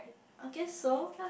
I guess so